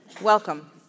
Welcome